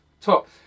Top